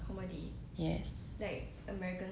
yes